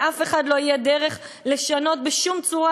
לאף אחד לא תהיה דרך לשנות בשום צורה